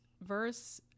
verse